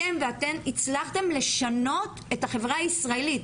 אתם ואתן הצלחתם לשנות את החברה הישראלית,